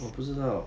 我不知道